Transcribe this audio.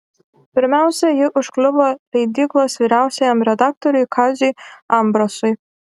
pirmiausia ji užkliuvo leidyklos vyriausiajam redaktoriui kaziui ambrasui